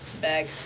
bag